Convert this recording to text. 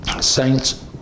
Saints